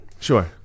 Sure